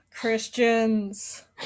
christians